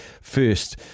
first